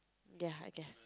ya I guess